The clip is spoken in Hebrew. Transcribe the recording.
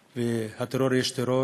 והטרור, יש טרור